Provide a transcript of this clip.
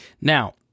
Now